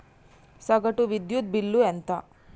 సగటు విద్యుత్ బిల్లు ఎంత?